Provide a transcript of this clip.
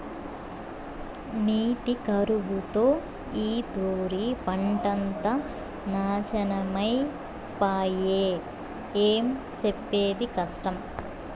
నీటి కరువుతో ఈ తూరి పంటంతా నాశనమై పాయె, ఏం సెప్పేది కష్టం